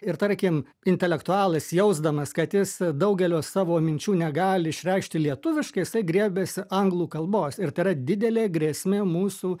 ir tarkim intelektualas jausdamas kad jis daugelio savo minčių negali išreikšti lietuviškai jisai griebiasi anglų kalbos ir tai yra didelė grėsmė mūsų